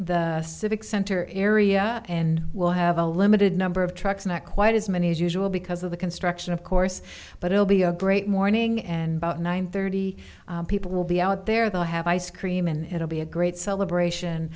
the civic center area and we'll have a limited number of trucks not quite as many as usual because of the construction of course but it will be a great morning and nine thirty people will be out there they'll have ice cream and it will be a great celebration